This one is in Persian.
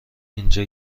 اینجا